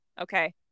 Okay